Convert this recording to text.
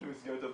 למסגרת הזאת.